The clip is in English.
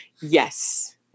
yes